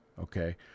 Okay